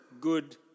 good